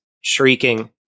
shrieking